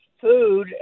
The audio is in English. food